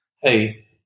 Hey